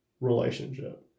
relationship